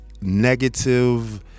negative